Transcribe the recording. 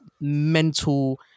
mental